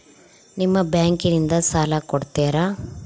ನಿಮ್ಮ ಬ್ಯಾಂಕಿನಿಂದ ಸಾಲ ಕೊಡ್ತೇರಾ?